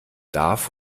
darf